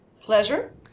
Pleasure